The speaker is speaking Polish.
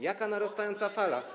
jaka narastająca fala?